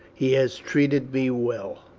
he has treated me well.